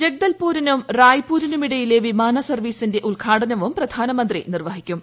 ജഗ്ദൽപൂരിനും റായ്പൂരിനുമിടിയിലെ വിമാന സർവ്വീസിന്റെ ഉദ്ഘാടനവും പ്രധാനമന്ത്രി നിർവ്വിഹിക്കും